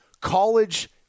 college